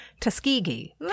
Tuskegee